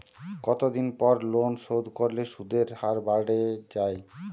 কতদিন পর লোন শোধ করলে সুদের হার বাড়ে য়ায়?